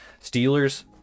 Steelers